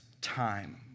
time